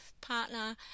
partner